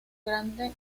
grande